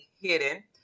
Hidden